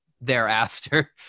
thereafter